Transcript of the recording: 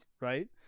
right